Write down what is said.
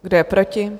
Kdo je proti?